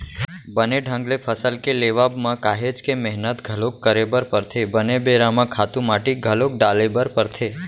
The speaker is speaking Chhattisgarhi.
बने ढंग ले फसल के लेवब म काहेच के मेहनत घलोक करे बर परथे, बने बेरा म खातू माटी घलोक डाले बर परथे